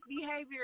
behavior